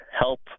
help